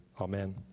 Amen